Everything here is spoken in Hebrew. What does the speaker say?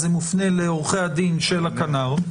זה מופנה לעורכי הדין של הכנ"ר.